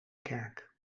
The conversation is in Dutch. kerk